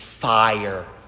Fire